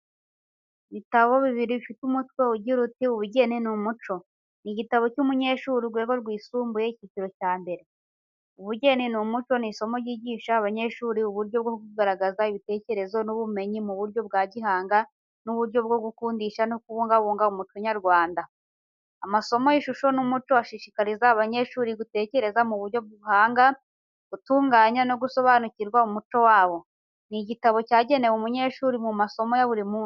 Ibitabo bibiri bifite umutwe ugira uti:"Ubugeni n'Umuco", ni igitabo cy'umunyeshuri urwego rwisumbuye, icyiciro cya mbere. Ubugeni n'Umuco ni isomo ryigisha abanyeshuri uburyo bwo kugaragaza ibitekerezo n'ubumenyi mu buryo bwa gihanga n’uburyo bwo gukundisha no kubungabunga umuco nyarwanda. Amasomo y’Ishusho n’Umuco ashishikariza abanyeshuri gutekereza mu buryo buhanga, gutunganya no gusobanukirwa n’umuco wabo. Ni igitabo cyagenewe umunyeshuri mu masomo ya buri munsi.